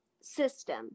system